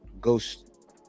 ghost